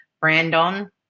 brandon